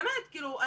באמת כאילו.